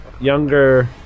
younger